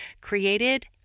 created